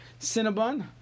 Cinnabon